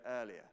earlier